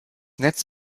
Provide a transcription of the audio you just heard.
netz